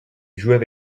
jouait